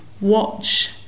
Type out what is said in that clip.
watch